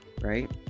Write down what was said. right